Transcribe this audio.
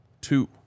two